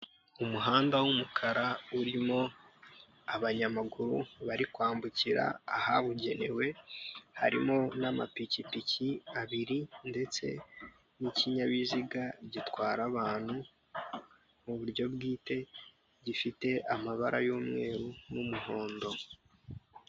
Umuhanda w'umukara urimo abanyamaguru bari kwambukira ahabugenewe harimo n'amapikipiki abiri ndetse n'ikinyabiziga gitwara abantu mu buryo bwite gifite amabara y'umweru n'umuhondo.